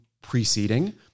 preceding